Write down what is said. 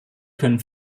können